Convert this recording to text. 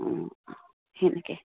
অঁ তেনেকৈ